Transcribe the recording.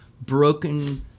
broken